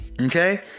okay